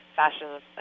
fashion